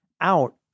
out